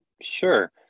Sure